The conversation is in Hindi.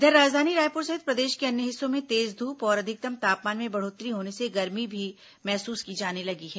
इधर राजधानी रायपुर सहित प्रदेश के अन्य हिस्सों में तेज धूप और अधिकतम तापमान में बढ़ोत्तरी होने से गर्मी भी महसूस की जाने लगी है